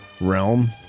realm